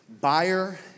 Buyer